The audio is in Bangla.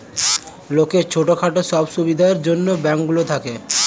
লোকের ছোট খাটো সব সুবিধার জন্যে ব্যাঙ্ক গুলো থাকে